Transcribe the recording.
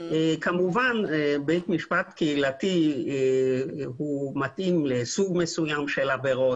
כמובן בית משפט קהילתי מתאים לסוג מסוים של עבירות.